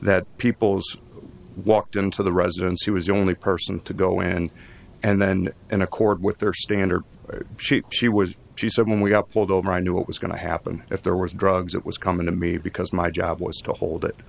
that people's walked into the residence he was the only person to go in and then in accord with their standard sheet she was she said when we upload over i knew what was going to happen if there was drugs it was coming to me because my job was to hold it